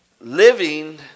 Living